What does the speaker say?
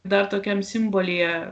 dar tokiam simbolyje